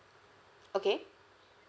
okay